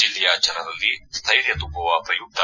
ಜಿಲ್ಲೆಯ ಜನರಲ್ಲಿ ಸ್ಟೈರ್ಯ ತುಂಬುವ ಪ್ರಯುಕ್ತ